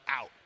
out